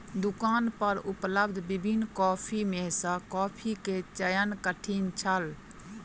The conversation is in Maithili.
दुकान पर उपलब्ध विभिन्न कॉफ़ी में सॅ कॉफ़ी के चयन कठिन छल